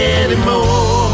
anymore